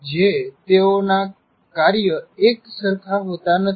જે તેઓના કાર્ય એકસરખા હોતા નથી